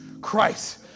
christ